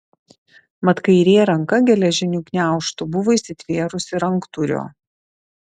mat kairė ranka geležiniu gniaužtu buvo įsitvėrusi ranktūrio